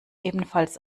ebenfalls